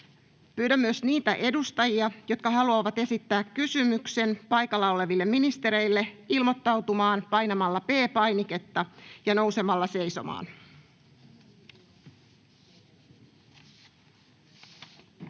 Pyydän myös niitä edustajia, jotka haluavat esittää kysymyksen paikalla oleville ministereille, ilmoittautumaan painamalla P-painiketta ja nousemalla seisomaan. [Speech